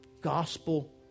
gospel